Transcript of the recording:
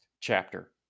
chapter